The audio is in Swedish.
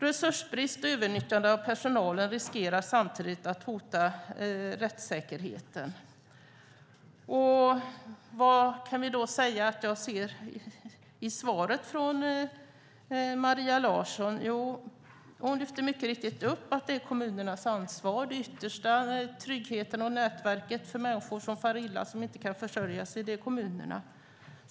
Resursbrist och överutnyttjande av personalen riskerar samtidigt att hota rättssäkerheten. Vad ser jag då i svaret från Maria Larsson? Hon lyfter upp att det mycket riktigt är kommunernas ansvar. Kommunerna är den yttersta tryggheten och nätverket för människor som far illa och inte kan försörja sig.